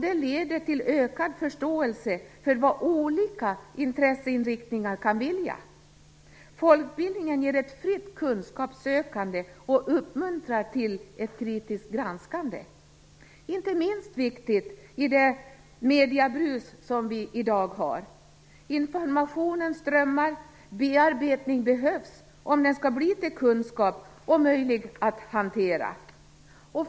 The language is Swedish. Det leder till ökad förståelse för vad olika intresseinriktningar kan vilja. Folkbildningen ger ett fritt kunskapssökande och uppmuntrar till kritiskt granskande, inte minst viktigt i det mediebrus som vi i dag har. Informationen strömmar, och bearbetning behövs om den skall bli till kunskap och därmed möjlig att hantera.